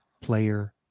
player